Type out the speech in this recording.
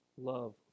love